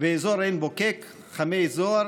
ואזור עין בוקק-חמי זוהר,